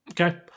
Okay